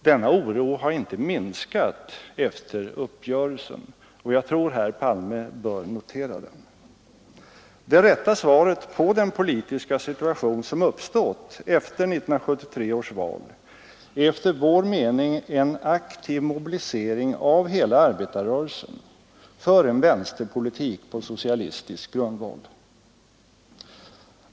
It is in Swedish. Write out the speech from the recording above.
Denna oro har inte minskat efter uppgörelsen, och jag tror att herr Palme bör notera den. Det rätta svaret på den politiska situation som har uppstått efter 1973 års val är efter vår mening en aktiv mobilisering av hela arbetarrörelsen för en vänsterpolitik på socialistisk grundval.